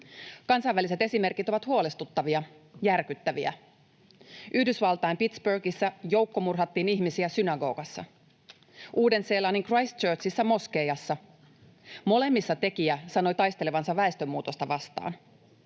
Kansainväliset esimerkit ovat huolestuttavia, järkyttäviä: Yhdysvaltain Pittsburghissa joukkomurhattiin ihmisiä synagogassa ja Uuden-Seelannin Christchurchissa moskeijassa. Molemmissa tekijä sanoi taistelevansa väestönmuutosta vastaan.